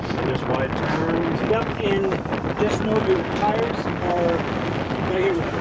and just wide turn. yap, and just know your tires are right here.